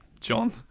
John